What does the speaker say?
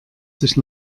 sich